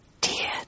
dear